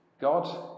God